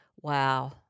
wow